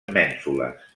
mènsules